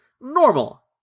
normal